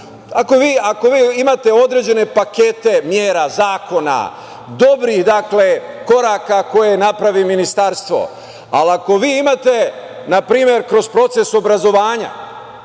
Ako vi imate određene pakete mera, zakona, dobrih koraka koje naprav Ministarstvo, ali ako vi imate na primer kroz proces obrazovanja,